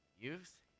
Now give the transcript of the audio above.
youth